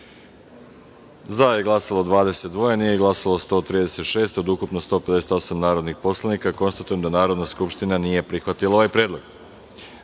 za je glasalo – 22, nije glasalo – 132 od ukupno 154 narodnih poslanika. Konstatujem da Narodna skupština nije prihvatila ovaj predlog. Narodni